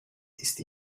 ist